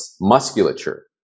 musculature